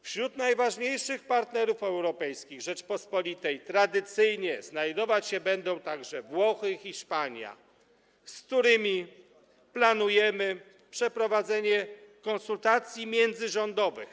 Wśród najważniejszych partnerów europejskich Rzeczypospolitej tradycyjnie znajdować się będą także Włochy i Hiszpania, z którymi planujemy przeprowadzenie konsultacji międzyrządowych.